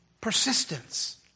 Persistence